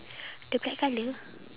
the black colour